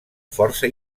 força